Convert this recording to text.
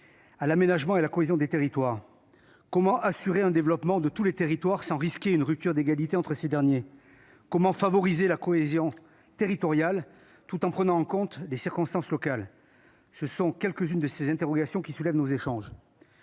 à l'aménagement et la cohésion des territoires. Comment garantir le développement de tous les territoires sans risquer une rupture d'égalité entre ces derniers ? Comment favoriser la cohérence territoriale, tout en prenant en compte les circonstances locales ? Voilà quelques-unes des interrogations que nourrissent nos échanges.